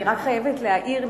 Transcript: אני רק חייבת להעיר,